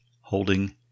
holding